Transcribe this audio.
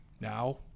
now